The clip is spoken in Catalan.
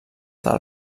del